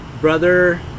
brother